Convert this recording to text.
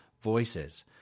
Voices